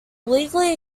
legally